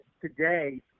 today